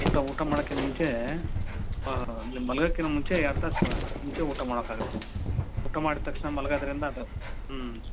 ಊಟ ಊಟ ಮಾಡಕ್ಕಿನ ಮುಂಚೆ ನೀವು ಮಲ್ಗೊಕ್ಕಿನ ಮುಂಚೆ ಎರಡು ತಾಸು ಮುಂಚೆ ಊಟ ಮಾಡಕಾಗತ್ತೆ ನೀವು ಊಟ ಮಾಡಿದ ತಕ್ಷಣ ಮಲ್ಗೋದ್ರಿಂದ ಅದು ಹ್ಞೂ